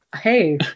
hey